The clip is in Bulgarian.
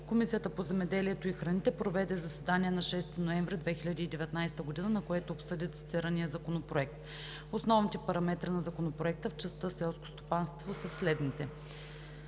Комисията по земеделието и храните проведе заседание на 6 ноември 2019 г., на което обсъди цитирания законопроект. Основните параметри на Законопроекта в частта селско стопанство са следните: